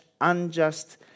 unjust